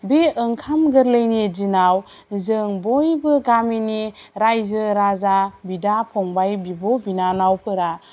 बे ओंखाम गोरलैनि दिनाव जों बयबो गामिनि रायजो राजा बिदा फंबाय बिब' बिनानावफोरा